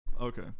Okay